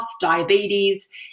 diabetes